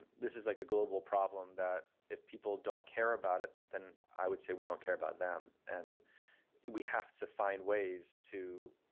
this is like a global problem that if people don't care about it, then i would say we don't care about them, and we have to find ways to